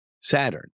saturn